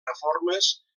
reformes